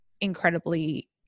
incredibly